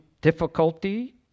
difficulty